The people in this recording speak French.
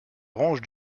range